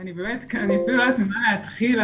אני באמת כאן לא יודעת במה להתחיל.